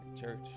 Church